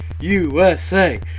USA